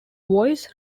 voice